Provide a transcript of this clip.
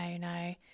no